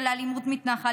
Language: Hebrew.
ביום.